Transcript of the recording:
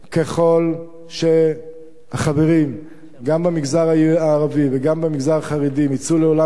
ככל שהחברים, גם במגזר הערבי וגם במגזר החרדי,